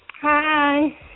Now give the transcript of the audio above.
Hi